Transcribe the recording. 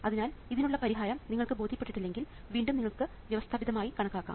അതിനാൽ ഇതിനുള്ള പരിഹാരം നിങ്ങൾക്ക് ബോധ്യപ്പെട്ടില്ലെങ്കിൽ വീണ്ടും നിങ്ങൾക്ക് വ്യവസ്ഥാപിതമായി കണക്കാക്കാം